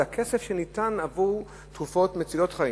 אלא כסף שניתן עבור תרופות מצילות חיים,